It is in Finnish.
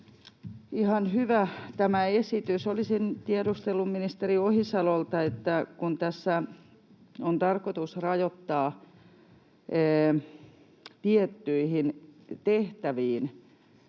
ihan hyvä tämä esitys. Olisin tiedustellut ministeri Ohisalolta: kun tässä on tarkoitus rajoittaa tiettyihin tehtäviin